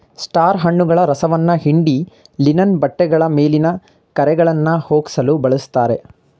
star ಹಣ್ಣುಗಳ ರಸವನ್ನ ಹಿಂಡಿ ಲಿನನ್ ಬಟ್ಟೆಗಳ ಮೇಲಿನ ಕರೆಗಳನ್ನಾ ಹೋಗ್ಸಲು ಬಳುಸ್ತಾರೆ